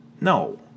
No